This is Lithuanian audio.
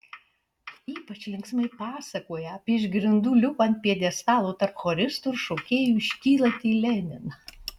ypač linksmai pasakoja apie iš grindų liuko ant pjedestalo tarp choristų ir šokėjų iškylantį leniną